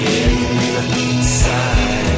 inside